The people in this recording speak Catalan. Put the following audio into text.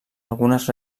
algunes